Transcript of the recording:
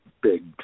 big